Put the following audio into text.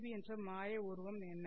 B என்ற மாய உருவம் என்ன